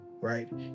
right